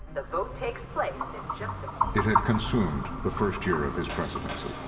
the vote takes place in just it had consumed the first year of his presidency.